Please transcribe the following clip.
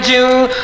June